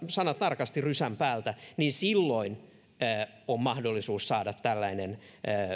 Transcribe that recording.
sanatarkasti rysän päältä niin silloin on mahdollisuus saada tällainen